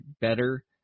better